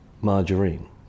margarine